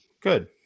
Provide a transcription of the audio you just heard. Good